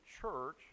church